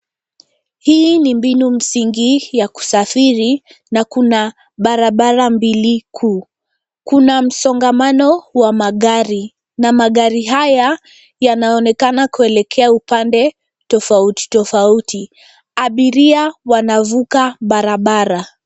Hii ni mbinu msingi ya kusafiri na kuna barabara mbili kuu. Kuna msongamano wa magari na magari haya yanaonekana kuelekea upande tofauti tofauti. Abiria wanavuka barabara.